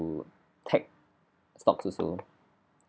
~to tech stocks also